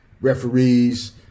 referees